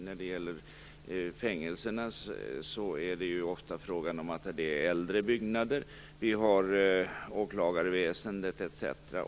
När det gäller fängelserna är det ju ofta fråga om att det är äldre byggnader, och vi har åklagarväsendet etc.